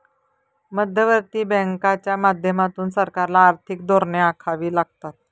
मध्यवर्ती बँकांच्या माध्यमातून सरकारला आर्थिक धोरणे आखावी लागतात